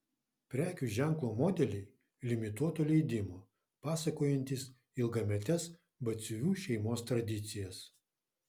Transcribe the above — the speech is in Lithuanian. prekių ženklo modeliai limituoto leidimo pasakojantys ilgametes batsiuvių šeimos tradicijas